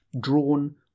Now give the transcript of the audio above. drawn